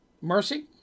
Mercy